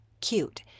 cute